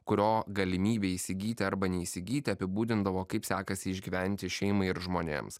kurio galimybė įsigyti arba neįsigyti apibūdindavo kaip sekasi išgyventi šeimai ir žmonėms